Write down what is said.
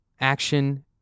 action